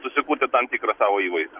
susikurti tam tikrą savo įvaizdį